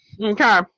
Okay